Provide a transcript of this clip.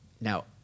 Now